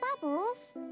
Bubbles